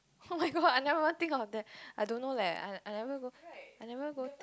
oh-my-god I never even think of that I don't know leh I I never go I never go